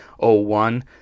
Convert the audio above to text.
0-1